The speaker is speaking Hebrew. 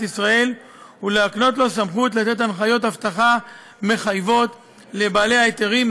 ישראל ולהקנות לו סמכות לתת הנחיות אבטחה מחייבות לבעלי ההיתרים,